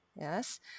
Yes